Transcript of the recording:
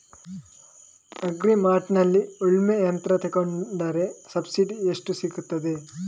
Agri ಮಾರ್ಟ್ನಲ್ಲಿ ಉಳ್ಮೆ ಯಂತ್ರ ತೆಕೊಂಡ್ರೆ ಸಬ್ಸಿಡಿ ಎಷ್ಟು ಸಿಕ್ತಾದೆ?